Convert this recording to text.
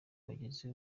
bagize